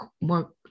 more